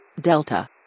Delta